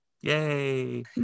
Yay